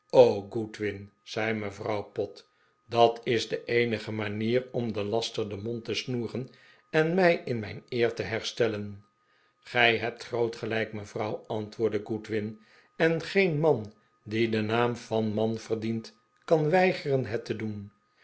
zei mevrouw pott dat is de eenige manier om den laster den mond te snoeren en mij in mijn eer te herstellen gij hebt groot gelijk mevrouw antwoordde goodwin en geen man die den naam van man verdient kan weigeren het te doen